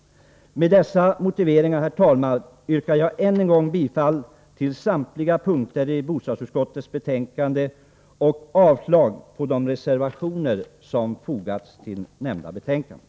Med dessa motiveringar, herr talman, yrkar jag än en gång bifall till samtliga punkter i bostadsutskottets betänkande och avslag på de reservationer som fogats till nämnda betänkande.